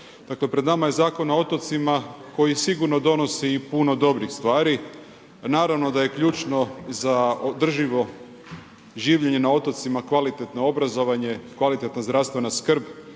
Pred nama je Zakon o otocima, koji sigurno donosi i puno dobrih stvari, pa naravno da je ključno za održivo življenje na otocima kvalitetno obrazovanje, kvalitetna zdravstvena skrb,